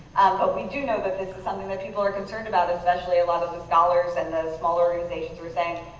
but we do know that this is something that people are concerned about especially a lot of the scholars and the smaller organizations who are saying,